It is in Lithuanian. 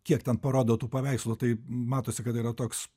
kiek ten parodo tų paveikslų tai matosi kad yra toks